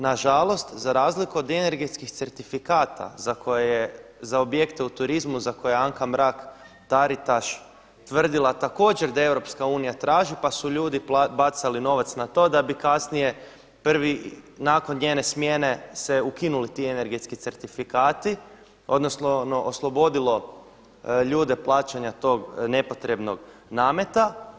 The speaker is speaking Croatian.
Na žalost za razliku od energetskih certifikata za koje je za objekte u turizmu, za koje je Anka Mrak Taritaš tvrdila također da Europska unija traži, pa su ljudi bacali novac na to da bi kasnije prvi nakon njene smjene se ukinuli ti energetski certifikati, odnosno oslobodilo ljude plaćanja tog nepotrebnog nameta.